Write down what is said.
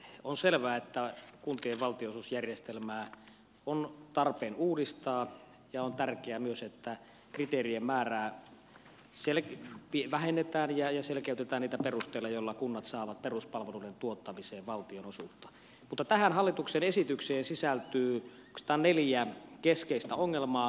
on selvää että kuntien valtionosuusjärjestelmää on tarpeen uudistaa ja on tärkeää myös että kriteerien määrää vähennetään ja selkeytetään niitä perusteita joilla kunnat saavat peruspalveluiden tuottamiseen valtionosuutta mutta tähän hallituksen esitykseen sisältyy oikeastaan kolme keskeistä ongelmaa